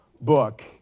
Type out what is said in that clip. book